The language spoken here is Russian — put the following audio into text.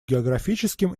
географическим